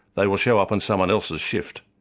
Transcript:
they will show up on someone else's shift.